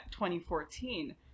2014